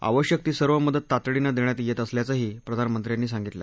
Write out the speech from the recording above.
आवश्यक ती सर्व मदत तातडीनं देण्यात येत असल्याचंही प्रधानमंत्र्यांनी सांगितलं